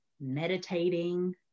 meditating